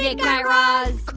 yeah guy raz.